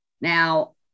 Now